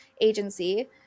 agency